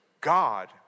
God